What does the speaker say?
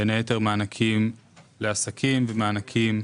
בין היתר מענקים לעסקים ומענקים